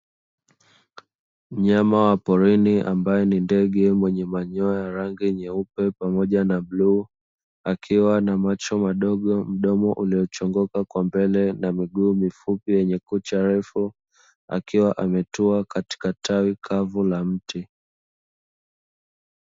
Mnyama wa porini ambaye ni ndege mwenye manyoya rangi nyeupe pamoja na bluu, akiwa na macho madogo mdomo uliochongoka kwa mbele na miguu mifupi yenye kucha refu, akiwa ametua katika tawi kavu la mti.